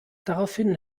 daraufhin